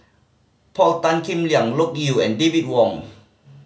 Paul Tan Kim Liang Loke Yew and David Wong